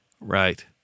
Right